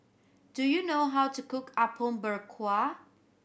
do you know how to cook Apom Berkuah